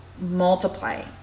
multiply